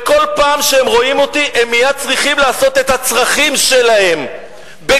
וכל פעם שהם רואים אותי הם מייד צריכים לעשות את הצרכים שלהם בגלוי,